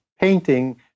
painting